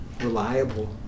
reliable